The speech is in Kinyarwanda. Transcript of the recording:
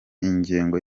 ingengo